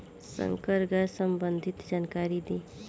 संकर गाय सबंधी जानकारी दी?